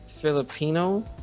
Filipino